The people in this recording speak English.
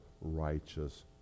righteous